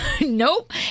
Nope